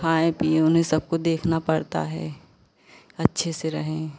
खाएं पिएं उन्हें सब कुछ देखना पड़ता है अच्छे से रहें